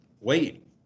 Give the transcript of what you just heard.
Wait